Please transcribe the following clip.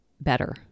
better